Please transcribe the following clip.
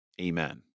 Amen